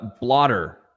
Blotter